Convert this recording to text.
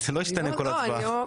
זה לא ישתנה כל הצבעה.